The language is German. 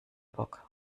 bock